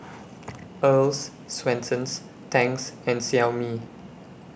Earl's Swensens Tangs and Xiaomi